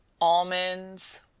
almonds